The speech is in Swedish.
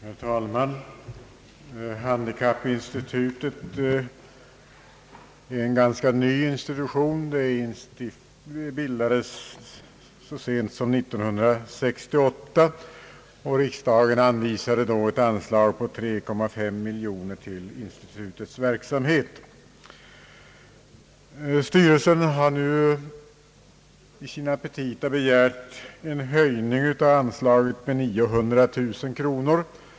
Herr talman! Handikappinstitutet är en ganska ny institution. Det bildades så sent som år 1968, och riksdagen anvisade då ett anslag på 3,5 miljoner kronor till dess verksamhet. Styrelsen har nu i sina petita begärt en höjning av anslaget med 900 000 kronor.